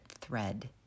thread